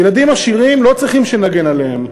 ילדים עשירים לא צריכים שנגן עליהם,